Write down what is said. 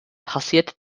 passierte